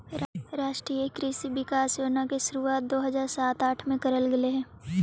राष्ट्रीय कृषि विकास योजना की शुरुआत दो हज़ार सात आठ में करल गेलइ हल